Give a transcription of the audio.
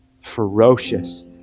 Ferocious